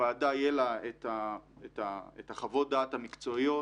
לוועדה יהיו חוות הדעת המקצועיות,